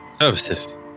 services